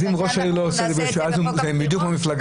אם ראש העיר לא עושה על זה פיקוח,